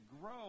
grow